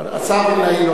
השר המיועד נמצא.